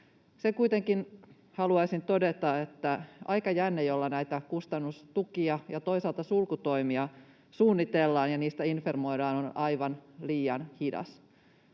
Sen kuitenkin haluaisin todeta, että aikajänne, jolla näitä kustannustukia ja toisaalta sulkutoimia suunnitellaan ja niistä informoidaan, on aivan liian hidas.